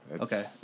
Okay